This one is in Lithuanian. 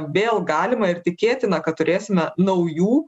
vėl galima ir tikėtina kad turėsime naujų